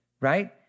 right